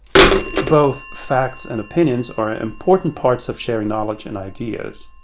both facts and opinions are ah important parts of sharing knowledge and ideas.